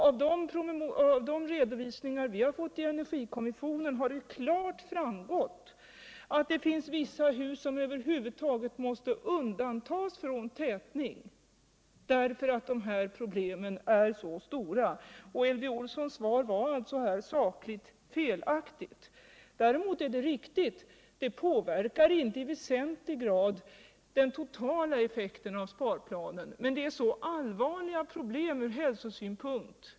Av de redovisningar vi fått i energikommissionen har klart framgått att det finns hus som över huvud taget måste undantas från tätning därför att dessa problem är så stora. Elvy Olssons svar var alltså här sakligt felakugt. Däremot är det riktigt att problemen inte i väsentlig grad påverkar den totala effekten av sparplanen. Men det är allvarliga problem ur hälsosynpunkt.